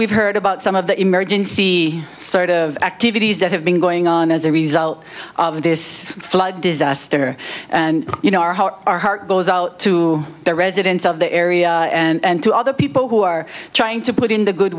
we've heard about some of the emergency sort of activities that have been going on as a result of this flood disaster and you know our heart our heart goes out to the residents of the area and to other people who are trying to put in the good